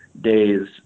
days